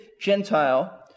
Gentile